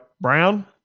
Brown